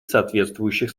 соответствующих